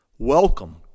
welcome